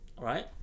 Right